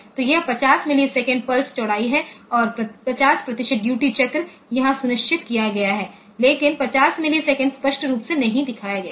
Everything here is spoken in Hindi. तो यह 50 मिलीसेकंड पल्स चौड़ाई है और 50 प्रतिशत ड्यूटी चक्र यहां सुनिश्चित किया गया है लेकिन 50 मिलीसेकंड स्पष्ट रूप से नहीं दिखाया गया है